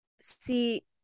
see